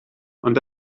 ond